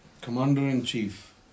commander-in-chief